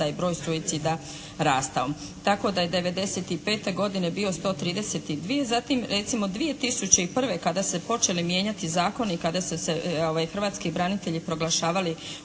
je broj suicida rastao tako da je '95. godine bio 132, zatim recimo 2001. kada su se počeli mijenjati zakoni i kada su se hrvatski branitelji proglašavali